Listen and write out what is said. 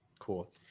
Cool